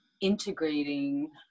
integrating